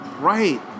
Right